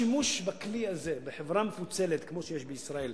השימוש בכלי הזה בחברה מפוצלת כמו שיש בישראל,